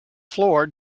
floor